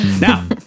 now